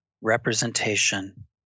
representation